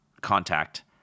Contact